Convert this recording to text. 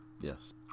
Yes